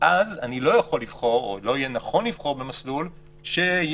ואז לא יהיה נכון לבחור במסלול שיעכב